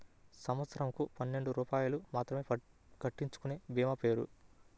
సంవత్సరంకు పన్నెండు రూపాయలు మాత్రమే కట్టించుకొనే భీమా పేరు?